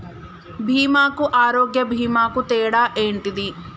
బీమా కు ఆరోగ్య బీమా కు తేడా ఏంటిది?